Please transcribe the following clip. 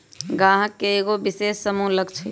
गाहक के एगो विशेष समूह लक्ष हई